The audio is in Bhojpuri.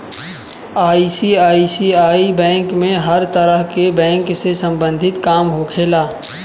आई.सी.आइ.सी.आइ बैंक में हर तरह के बैंक से सम्बंधित काम होखेला